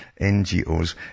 NGOs